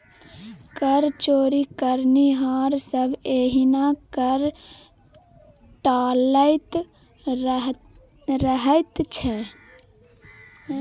कर चोरी करनिहार सभ एहिना कर टालैत रहैत छै